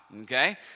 okay